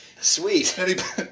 Sweet